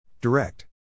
Direct